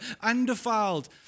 undefiled